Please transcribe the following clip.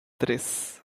tres